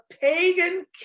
pagan